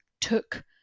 took